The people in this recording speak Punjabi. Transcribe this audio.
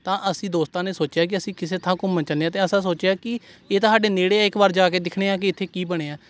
ਤਾਂ ਅਸੀਂ ਦੋਸਤਾਂ ਨੇ ਸੋਚਿਆ ਕਿ ਅਸੀਂ ਕਿਸੇ ਥਾਂ ਘੁੰਮਣ ਜਾਂਦੇ ਹਾਂ ਤਾਂ ਅਸਾਂ ਸੋਚਿਆ ਕਿ ਇਹ ਤਾਂ ਸਾਡੇ ਨੇੜੇ ਆ ਇੱਕ ਵਾਰ ਜਾ ਕੇ ਦੇਖਦੇ ਹਾਂ ਕਿ ਇੱਥੇ ਕਿ ਬਣਿਆ